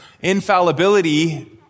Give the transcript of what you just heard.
Infallibility